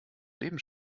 leben